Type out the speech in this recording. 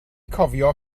cofio